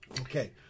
Okay